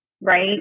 right